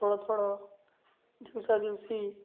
थोडं थोडं दिवसा दिवशी